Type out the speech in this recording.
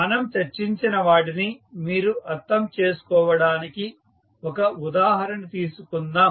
మనం చర్చించిన వాటిని మీరు అర్థం చేసుకోవడానికి ఒక ఉదాహరణ తీసుకుందాం